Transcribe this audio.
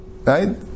right